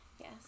Yes